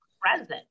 present